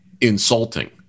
insulting